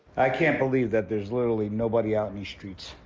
i can't believe that there's literally nobody out in the streets,